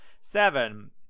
Seven